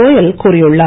கோயல் கூறியுள்ளார்